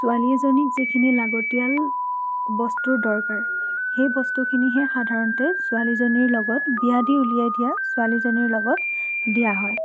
ছোৱালী এজনীক যিখিনি লাগতিয়াল বস্তুৰ দৰকাৰ সেই বস্তুখিনিহে সাধাৰণতে ছোৱালীজনীৰ লগত বিয়া দি উলিয়াই দিয়া ছোৱালীজনীৰ লগত দিয়া হয়